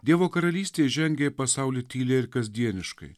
dievo karalystė žengia į pasaulį tyliai ir kasdieniškai